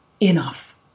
enough